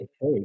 hey